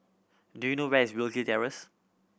do you know where is Rosy Terrace